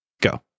Go